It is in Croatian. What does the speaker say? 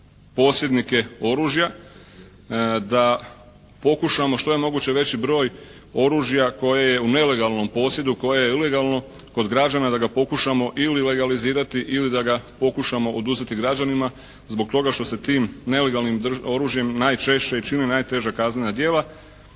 posjednice oružja, da pokušamo što je moguće veći broj oružje koje je nelegalno posjedu, koje je ilegalno kod građana, da ga pokušamo ili legalizirati ili da ga pokušamo oduzeti građanima. Zbog toga što se tim nelegalnim oružjem najčešće i čine najteža kaznena djela.